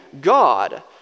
God